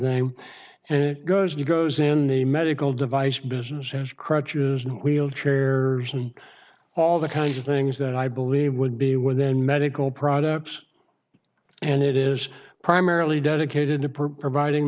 game and it goes it goes in the medical device business has crutches and wheelchairs and all the kinds of things that i believe would be within medical products and it is primarily dedicated to providing